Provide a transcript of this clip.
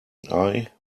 eye